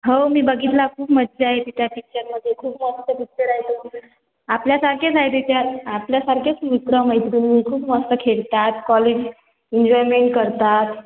हो मी बघितला खूप मस्त आहे त्या पिक्चरमध्ये खूप मस्त पिक्चर आहे तो आपल्यासारखेच आहे त्याच्यात आपल्यासारखेच मित्रमैत्रिणी खूप मस्त खेळतात कॉलेज एन्जॉयमेंट करतात